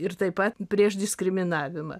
ir taip pat prieš diskriminavimą